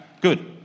Good